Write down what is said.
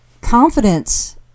confidence